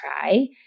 try